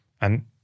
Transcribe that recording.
And-